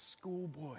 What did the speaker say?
schoolboy